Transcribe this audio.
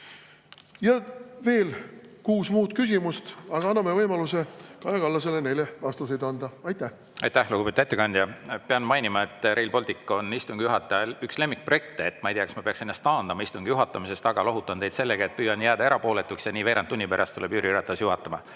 Ja veel kuus muud küsimust. Aga anname võimaluse Kaja Kallasele neile vastused anda. Aitäh! Aitäh, lugupeetud ettekandja! Pean mainima, et Rail Baltic on üks istungi juhataja lemmikprojekte. Ma ei tea, kas ma peaksin ennast taandama istungi juhatamisest, aga lohutan teid sellega, et püüan jääda erapooletuks ja veerand tunni pärast tuleb Jüri Ratas juhatama.